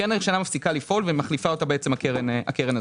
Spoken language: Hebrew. הקרן הישנה מפסיקה לפעול ומחליפה אותה הקרן הזאת.